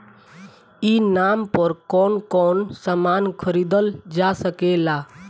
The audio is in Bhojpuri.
ई नाम पर कौन कौन समान खरीदल जा सकेला?